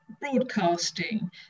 broadcasting